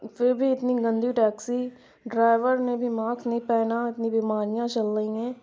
پھر بھی اتنی گندی ٹیکسی ڈرائیور نے بھی ماکس نہیں پہنا اتنی بیماریاں چل رہی ہیں